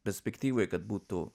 perspektyvoje kad būtų